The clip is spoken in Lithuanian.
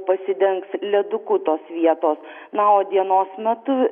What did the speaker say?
pasidengs leduku tos vietos na o dienos metu